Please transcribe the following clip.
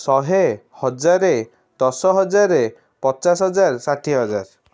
ଶହେ ହଜାର ଦଶହଜାର ପଚାଶହଜାର ଷାଠିଏ ହଜାର